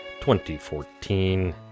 2014